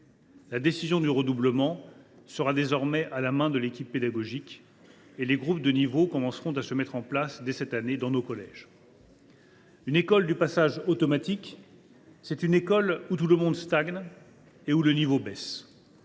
La décision du redoublement sera désormais laissée à la main de l’équipe pédagogique ; en outre, les groupes de niveau commenceront à se mettre en place, dès cette année, dans nos collèges. « Une école du passage automatique est une école où tout le monde stagne et où le niveau baisse.